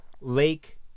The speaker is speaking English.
Lake